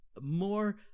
more